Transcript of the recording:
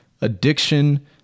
addiction